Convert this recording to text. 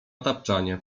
tapczanie